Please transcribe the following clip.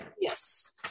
Yes